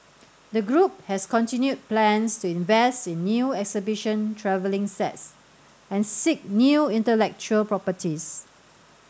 the group has continued plans to invest in new exhibition travelling sets and seek new intellectual properties